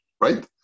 right